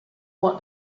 want